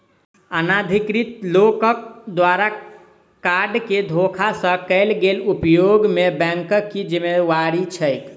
अनाधिकृत लोकक द्वारा कार्ड केँ धोखा सँ कैल गेल उपयोग मे बैंकक की जिम्मेवारी छैक?